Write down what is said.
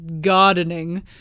gardening